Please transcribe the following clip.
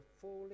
falling